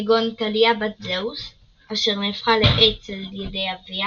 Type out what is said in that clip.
כגון תאליה בת זאוס אשר נהפכה לעץ על ידי אביה